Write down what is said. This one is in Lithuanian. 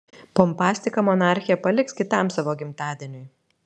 pompastiką monarchė paliks kitam savo gimtadieniui